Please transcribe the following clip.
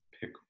pick